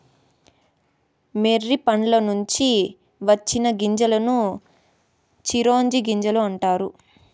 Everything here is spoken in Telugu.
మొర్రి పండ్ల నుంచి వచ్చిన గింజలను చిరోంజి గింజలు అంటారు